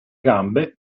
gambe